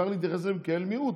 צריך להתייחס אליהם כאל מיעוט.